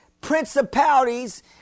principalities